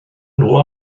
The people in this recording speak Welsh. nhw